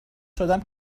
شدم